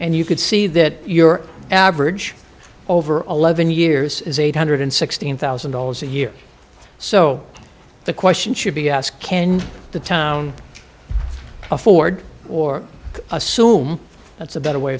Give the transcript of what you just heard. and you could see that your average over eleven years is eight hundred sixteen thousand dollars a year so the question should be asked can the town afford or assume that's a better way